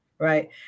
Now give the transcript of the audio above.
Right